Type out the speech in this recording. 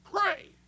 pray